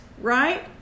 right